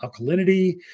alkalinity